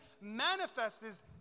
manifests